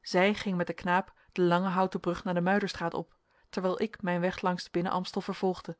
zij ging met den knaap de lange houten brug naar de muiderstraat op terwijl ik mijn weg langs den binnen amstel vervolgde